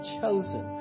chosen